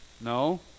No